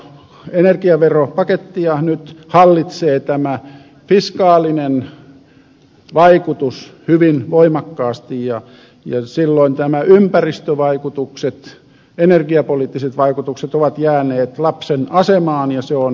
energiaveropakettia hallitsee nyt tämä fiskaalinen vaikutus hyvin voimakkaasti ja silloin ympäristövaikutukset energiapoliittiset vaikutukset ovat jääneet lapsen asemaan ja se on vahinko